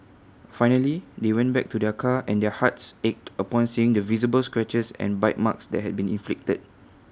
finally they went back to their car and their hearts ached upon seeing the visible scratches and bite marks that had been inflicted